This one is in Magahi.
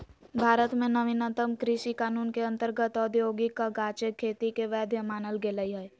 भारत में नवीनतम कृषि कानून के अंतर्गत औद्योगिक गजाके खेती के वैध मानल गेलइ ह